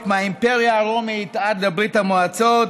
מהאימפריה הרומית עד לברית המועצות,